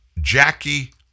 Jackie